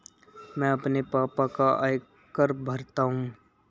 मैं अपने पापा का आयकर भरता हूं